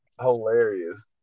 hilarious